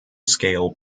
scale